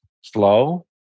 slow